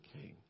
King